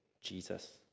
Jesus